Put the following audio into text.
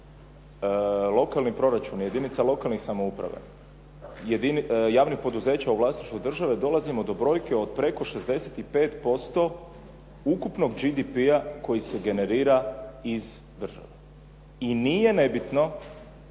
lokalni proračuni jedinica lokalnih samouprava, javnih poduzeća u vlasništvu države, dolazimo do brojke od preko 65% ukupnog GDP-a koji se generira iz države. I nije nebitno